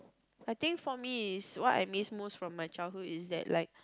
I think for me is what I miss most from my childhood is that like